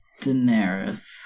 Daenerys